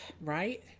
Right